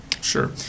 Sure